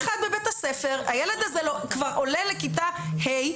הילד הזה כבר עולה לכיתה ה',